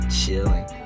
chilling